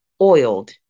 Oiled